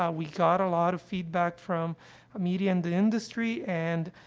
ah we got a lot of feedback from ah media and the industry, and,